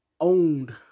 owned